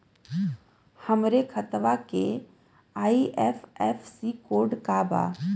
हमरे खतवा के आई.एफ.एस.सी कोड का बा?